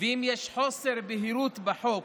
ואם יש חוסר בהירות בחוק,